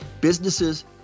Businesses